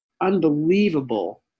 unbelievable